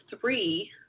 three